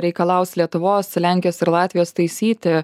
reikalaus lietuvos lenkijos ir latvijos taisyti